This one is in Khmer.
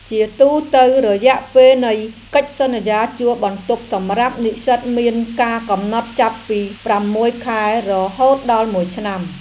ជាទូទៅ រយៈពេលនៃកិច្ចសន្យាជួលបន្ទប់សម្រាប់និស្សិតមានកាលកំណត់ចាប់ពីប្រាំមួយខែរហូតដល់មួយឆ្នាំ។